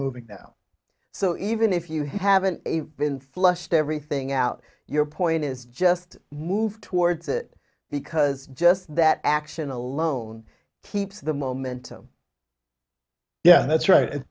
moving now so even if you haven't been flushed everything out your point is just moved towards it because just that action alone keeps the momentum yeah that's right